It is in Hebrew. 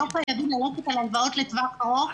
לא חייבים ללכת על הלוואות לטווח ארוך.